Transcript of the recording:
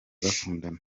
bakundana